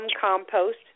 compost